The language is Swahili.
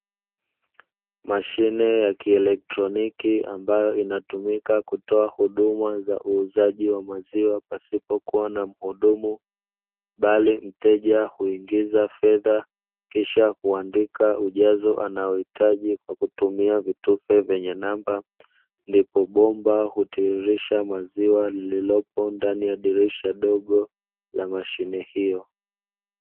Mashine ya kielektroniki ambayo inatumika kutoa huduma za uuzaji wa maziwa pasipo kuwa mhudumu, bali mteja huingiza fedha kisha kuandika ujazo anaohitaji kwa kutumia vitufye vyenye namba ndipo bomba hutiririsha maziwa lililopo ndani ya dirisha dogo la mashine hiyo.